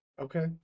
Okay